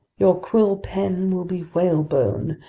your quill pen will be whalebone,